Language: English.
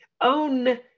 Own